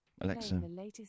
Alexa